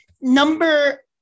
Number